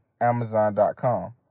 amazon.com